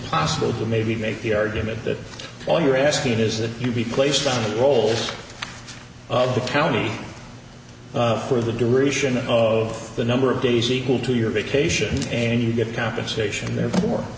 possible to maybe make the argument that all you're asking is that you be placed on the rolls of the county for the duration of the number of days equal to your vacation and you get compensation therefore